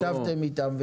ישבתם איתם.